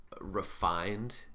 refined